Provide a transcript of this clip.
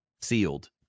sealed